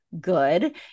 good